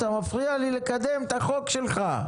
אתה מפריע לי לקדם את החוק שלך.